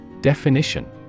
Definition